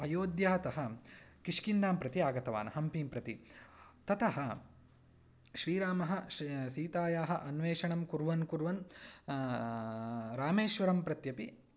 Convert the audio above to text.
अयोद्यातः किष्किन्धां प्रति आगतवान् हम्पीं प्रति ततः श्रीरामः श् सीतायाः अन्वेषणं कुर्वन् कुर्वन् रामेश्वरं प्रत्यपि